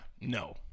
no